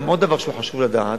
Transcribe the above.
עוד דבר שחשוב לדעת: